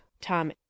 tom